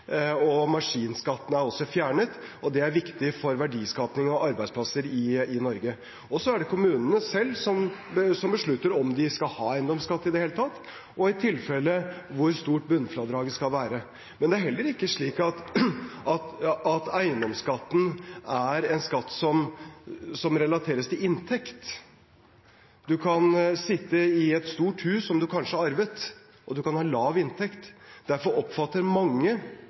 og arbeidsplasser i Norge. Det er kommunene selv som beslutter om de i det hele tatt skal ha eiendomsskatt, og i tilfelle hvor stort bunnfradraget skal være. Det er heller ikke slik at eiendomsskatten er en skatt som relateres til inntekt. Man kan sitte i et stort hus, som man kanskje har arvet, og man kan ha lav inntekt. Derfor oppfatter mange